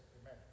Amen